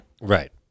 Right